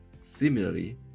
Similarly